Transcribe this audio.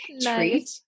treat